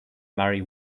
marry